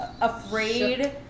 afraid